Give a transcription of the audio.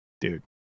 dude